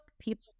people